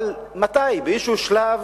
אבל מתי, באיזה שלב,